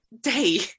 day